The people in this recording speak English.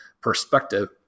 perspective